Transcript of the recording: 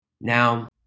Now